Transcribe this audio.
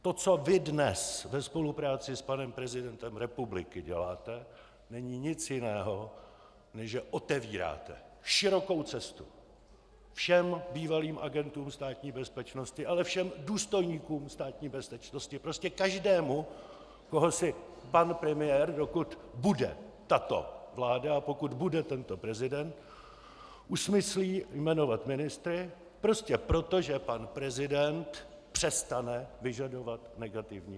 To, co vy dnes ve spolupráci s panem prezidentem republiky děláte, není nic jiného, než že otevíráte širokou cestu všem bývalým agentům Státní bezpečnosti, ale i všem důstojníkům Státní bezpečnosti, prostě každému, koho si pan premiér, dokud bude tato vláda a dokud bude tento prezident, usmyslí jmenovat ministry, prostě proto, že pan prezident přestane vyžadovat negativní lustrační osvědčení.